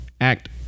act